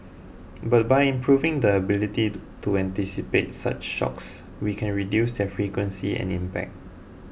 but by improving the ability to anticipate such shocks we can reduce their frequency and impact